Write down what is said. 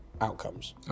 outcomes